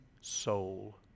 soul